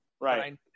right